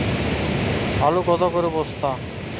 আলু কত করে বস্তা?